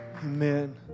Amen